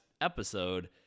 episode